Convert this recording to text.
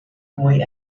boy